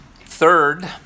third